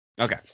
Okay